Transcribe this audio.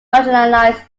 marginalised